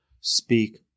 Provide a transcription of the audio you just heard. speak